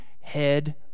head